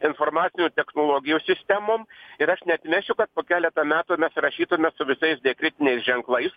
informacinių technologijų sistemom ir aš neatmesiu kad po keleto metų mes rašytume su visais diakritiniais ženklais